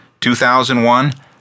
2001